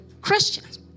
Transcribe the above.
Christians